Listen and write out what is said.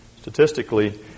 Statistically